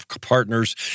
partners